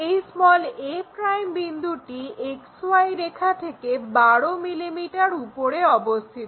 এই a' বিন্দুটি XY রেখা থেকে 12 mm উপরে অবস্থিত